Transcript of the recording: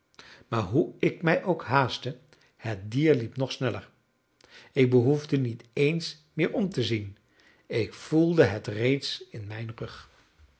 maar hoe ik mij ook haastte het dier liep nog sneller ik behoefde niet eens meer om te zien ik voelde het reeds in mijn rug